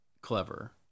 clever